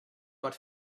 but